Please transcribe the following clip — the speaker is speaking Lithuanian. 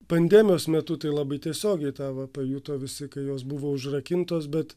pandemijos metu tai labai tiesiogiai tą va pajuto visi kai jos buvo užrakintos bet